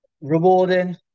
Rewarding